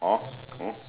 orh orh